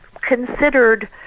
considered